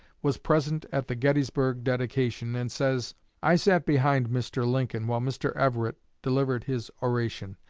was present at the gettysburg dedication, and says i sat behind mr. lincoln while mr. everett delivered his oration.